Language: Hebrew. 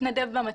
התנדב במטה,